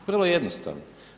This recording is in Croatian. Vrlo jednostavno.